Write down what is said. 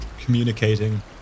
communicating